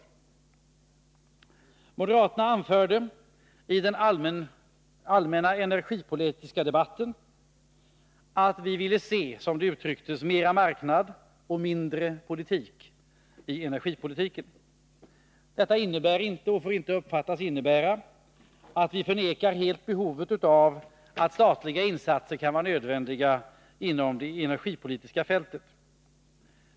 Vi moderater anförde i den allmänna energipolitiska debatten att vi ville se, som det yttrades, mera marknad och mindre politik i energipolitiken. Detta innebär inte och får inte uppfattas så att vi helt förnekar behovet av statliga insatser inom det energipolitiska fältet.